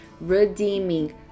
redeeming